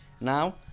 Now